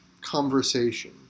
conversation